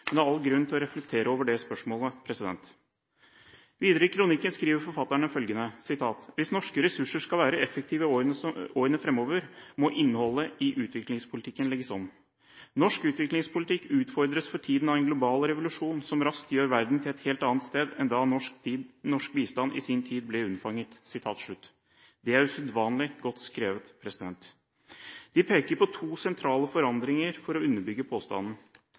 men det er all grunn til å reflektere over det spørsmålet. Videre i kronikken skriver forfatterne at hvis norske ressurser skal være effektive i årene framover, må innholdet i utviklingspolitikken legges om. Norsk utviklingspolitikk utfordres for tiden av en global revolusjon som raskt gjør verden til en helt annet sted enn da norsk bistand i sin tid ble unnfanget.» Det er usedvanlig godt skrevet. De peker på to sentrale forandringer for å underbygge påstanden.